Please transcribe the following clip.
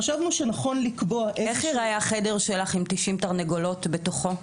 חשבנו שנכון לקבוע --- איך ייראה החדר שלך עם 90 תרנגולות בתוכו?